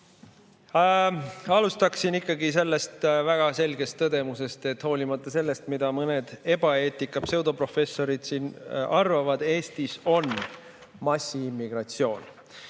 Alustan ikkagi sellest väga selgest tõdemusest, et hoolimata sellest, mida mõned ebaeetika pseudoprofessorid siin arvavad, Eestis on massiimmigratsioon.